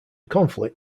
conflict